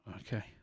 Okay